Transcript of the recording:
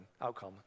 outcome